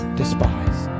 despise